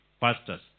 pastors